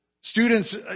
Students